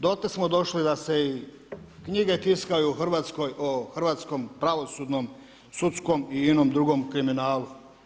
Dotle smo došli da se i knjige tiskaju u Hrvatskoj o hrvatskom pravosudnom, sudskom i inom drugom kriminalu.